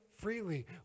freely